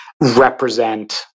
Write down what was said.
represent